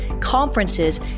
conferences